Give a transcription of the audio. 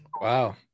Wow